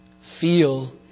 feel